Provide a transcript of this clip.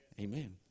Amen